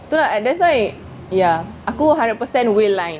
so like that's why ya aku hundred percent will like